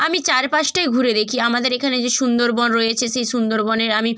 আমি চারপাশটাই ঘুরে দেখি আমাদের এখানে যে সুন্দরবন রয়েছে সেই সুন্দরবনের আমি